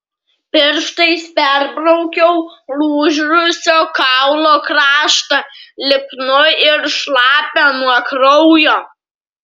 pirštais perbraukiau lūžusio kaulo kraštą lipnų ir šlapią nuo kraujo